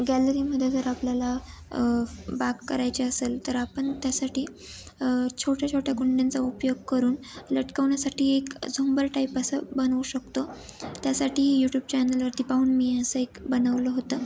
गॅलरीमध्ये जर आपल्याला बाग करायचे असेल तर आपण त्यासाठी छोट्या छोट्या कुंड्यांचा उपयोग करून लटकवण्यासाठी एक झुंबर टाईप असं बनवू शकतो त्यासाठीही यूट्यूब चॅनलवरती पाहून मी असं एक बनवलं होतं